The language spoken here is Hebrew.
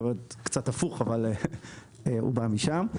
קצת הפוך אבל הוא בא משם.